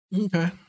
Okay